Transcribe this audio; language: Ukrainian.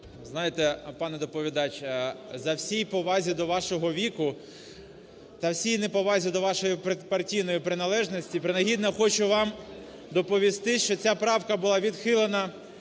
Знаєте, пане доповідач, за всій повазі до вашого віку та всій неповазі до вашої партійної приналежності, принагідно хочу вам доповісти, що ця правка була відхилена